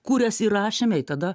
kurias įrašėme į tada